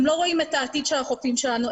הם לא רואים את העתיד של החופים שלנו,